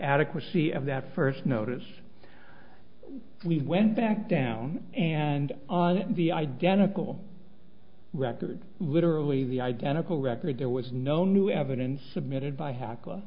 adequacy of that first notice we went back down and on the identical record literally the identical record there was no new evidence submitted by h